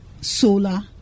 solar